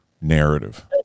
narrative